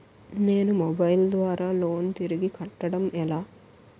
నేను మొబైల్ ద్వారా లోన్ తిరిగి కట్టడం ఎలా?